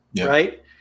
right